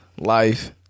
life